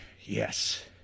Yes